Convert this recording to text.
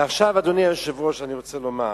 אדוני היושב-ראש, אני רוצה לומר,